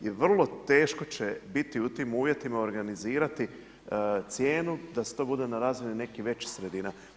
I vrlo teško će biti u tim uvjetima organizirati cijenu da to bude na razini nekih većih sredina.